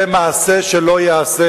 זה מעשה שלא ייעשה.